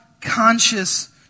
conscious